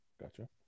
Gotcha